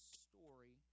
story